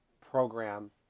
program